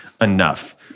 enough